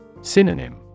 Synonym